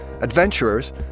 adventurers